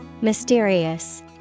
Mysterious